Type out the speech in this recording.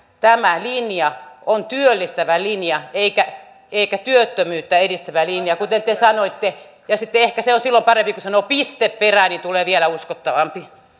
tämä linja on työllistävä linja eikä työttömyyttä edistävä linja kuten te sanoitte ja ehkä on silloin parempi kun sanoo piste perään tulee vielä uskottavampi